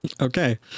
Okay